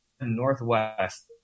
northwest